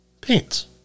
paints